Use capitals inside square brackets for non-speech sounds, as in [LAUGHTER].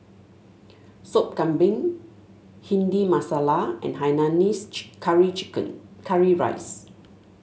Sop Kambing Bhindi Masala and Hainanese [UNINTELLIGIBLE] Curry Chicken Curry Rice